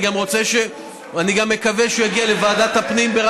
אני גם רוצה, אתה יודע את זה.